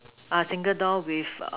ah single door with